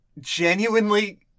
genuinely